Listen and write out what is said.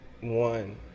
one